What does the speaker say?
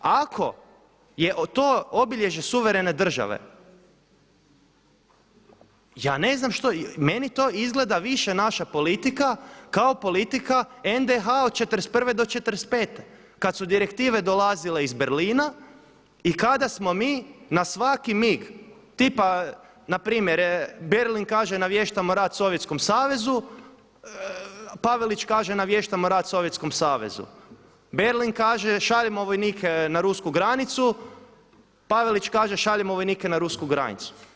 Ako je to obilježje suverene države ja ne znam što, meni to izgleda više naša politika kao politika NDH od '41. do '45. kada su direktive dolazile iz Berlina i kada smo mi na svaki mig tipa npr. Berlin kaže naviještamo rat Sovjetskom savezu, Pavelić kaže naviještamo rat Sovjetskom savezu, Berlin kaže šaljemo vojnike na rusku granicu, Pavelić kaže šaljemo vojnike na rusku granicu.